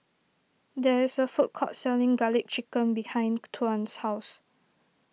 there is a food court selling Garlic Chicken behind Tuan's house